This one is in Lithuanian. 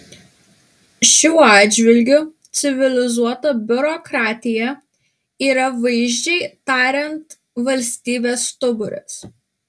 šiuo atžvilgiu civilizuota biurokratija yra vaizdžiai tariant valstybės stuburas